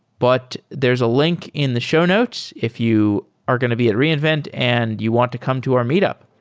but there's a link in the show notes if you are going to be at reinvent and you want to come to our meet up.